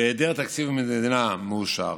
בהיעדר תקציב מדינה מאושר